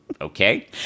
Okay